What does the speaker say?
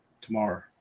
tomorrow